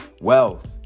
wealth